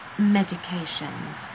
medications